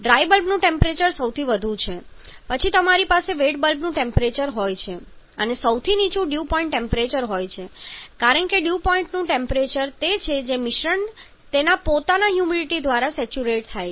dry બલ્બનું temperature સૌથી વધુ હોય છે પછી તમારી પાસે વેટ બલ્બનું ટેમ્પરેચર હોય છે અને સૌથી નીચું ડ્યૂ પોઇન્ટનું ટેમ્પરેચર હોય છે કારણ કે ડ્યૂ પોઈન્ટનું ટેમ્પરેચર તે છે જે મિશ્રણ તેના પોતાના હ્યુમિડિટી દ્વારા સેચ્યુરેટ થાય છે